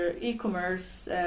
e-commerce